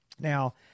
Now